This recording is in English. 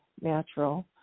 natural